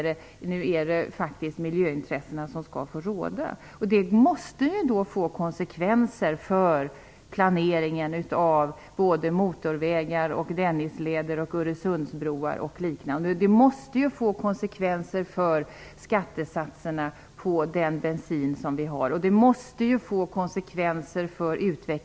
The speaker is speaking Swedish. Det måste få konsekvenser för planeringen av motorvägar, Dennisleder, Öresundsbron och liknande. Det måste få konsekvenser för skattesatserna på bensinen, för utvecklingen av alternativa bränslen.